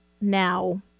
now